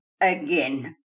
again